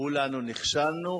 כולנו נכשלנו.